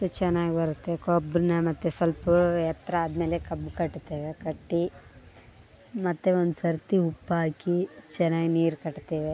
ಚೆನ್ನಾಗ್ ಬರುತ್ತೆ ಕಬ್ನ ಮತ್ತು ಸೊಲ್ಪ ಎತ್ತರ ಆದಮೇಲೆ ಕಬ್ಬು ಕಟ್ತೇವೆ ಕಟ್ಟಿ ಮತ್ತು ಒಂದು ಸರ್ತಿ ಉಪ್ಪು ಹಾಕಿ ಚೆನ್ನಾಗ್ ನೀರು ಕಟ್ತೇವೆ